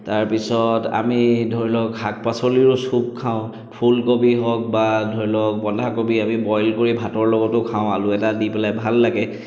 তাৰপিছত আমি ধৰি লওক শাক পাচলিৰো ছুপ খাওঁ ফুলকবি হওক বা ধৰি লওক বন্ধাকবি আমি বইল কৰি ভাতৰ লগতো খাওঁ আলু এটা দি পেলাই ভাল লাগে